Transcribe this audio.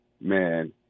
man